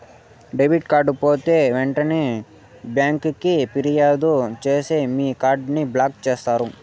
debit card పోతే ఎంటనే బ్యాంకికి ఫిర్యాదు సేస్తే మీ కార్డుని బ్లాక్ చేస్తారు